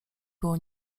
było